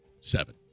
seven